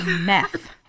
meth